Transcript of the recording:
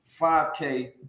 5k